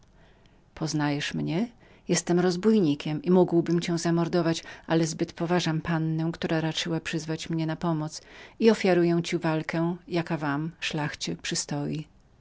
poznajesz mnie jestem rozbójnikiem i mógłbym cię zamordować ale zbyt poważam pannę która raczyła przyzwać mnie na pomoc i ofiaruję ci walkę jaka dla was panów przystoi